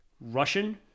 Russian